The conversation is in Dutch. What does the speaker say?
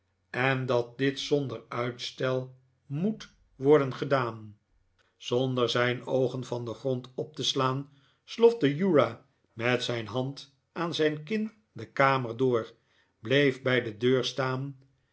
en dat dit zonder uitstel moet worden gedaan david copperfield zonder zijn oogen van den grond op te slaan slofte uriah met zijn hand aan zijn kin de kamer door bleef bij de deur staan